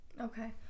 Okay